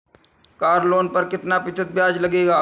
Car loan पर कितना प्रतिशत ब्याज लगेगा?